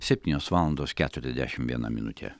septynios valandos keturiasdešim viena minutė